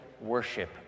worship